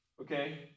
Okay